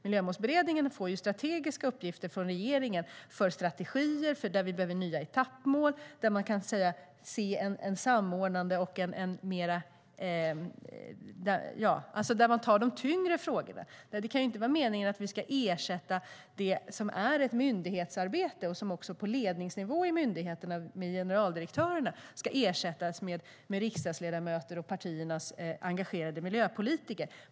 Miljömålsberedningen får strategiska uppgifter från regeringen, för strategier där vi behöver nya etappmål och där man tar de tyngre frågorna. Det kan inte vara meningen att vi ska ersätta det som är ett myndighetsarbete och leds av generaldirektörerna med riksdagsledamöter och partiernas engagerade miljöpolitiker.